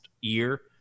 year